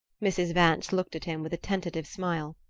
mrs. vance looked at him with a tentative smile.